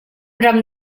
ram